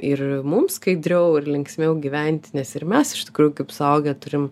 ir mums skaidriau ir linksmiau gyventi nes ir mes iš tikrųjų kaip suaugę turim